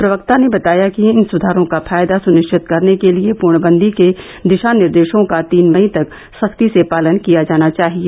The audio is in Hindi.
प्रवक्ता ने बताया कि इन सुधारों का फायदा सुनिश्चित करने के लिए पूर्णबंदी के दिशा निर्देशों का तीन मई तक सख्ती से पालन किया जाना चाहिए